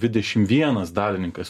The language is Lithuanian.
dvidešim vienas dalininkas